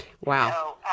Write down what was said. Wow